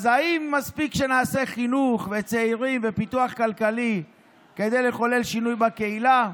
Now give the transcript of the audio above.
אז האם מספיק שנעשה חינוך וצעירים ופיתוח כלכלי כדי לחולל שינוי בקהילה?